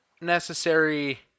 necessary